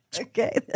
Okay